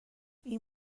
این